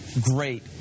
great